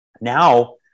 Now